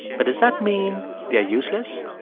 but does that mean they're useless?